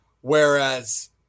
Whereas